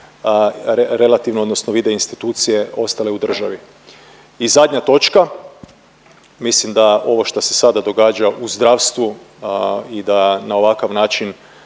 relativno odnosno vide institucije ostale u državi. I zadnja točka, mislim da ovo šta se sada događa u zdravstvu i da na ovakav način